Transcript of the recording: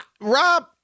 Rob